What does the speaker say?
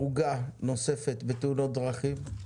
הרוגה נוספת בתאונת דרכים.